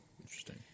Interesting